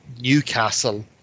Newcastle